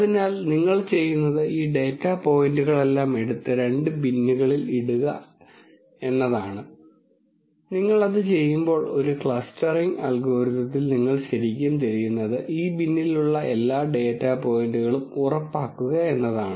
അതിനാൽ നിങ്ങൾ ചെയ്യുന്നത് ഈ ഡാറ്റ പോയിന്റുകളെല്ലാം എടുത്ത് രണ്ട് ബിന്നുകളിൽ ഇടുക എന്നതാണ് നിങ്ങൾ അത് ചെയ്യുമ്പോൾ ഒരു ക്ലസ്റ്ററിംഗ് അൽഗോരിതത്തിൽ നിങ്ങൾ ശരിക്കും തിരയുന്നത് ഈ ബിന്നിലുള്ള എല്ലാ ഡാറ്റാ പോയിന്റുകളും ഉറപ്പാക്കുക എന്നതാണ്